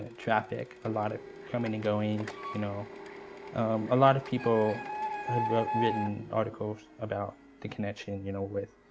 traffic, a lot of coming and goings. you know a lot of people have written articles about the connection you know with